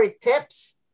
tips